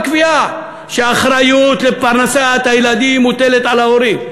שהאחריות לפרנסת הילדים מוטלת על ההורים.